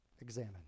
examine